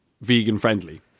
vegan-friendly